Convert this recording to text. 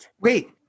Wait